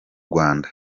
rwanda